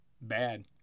Bad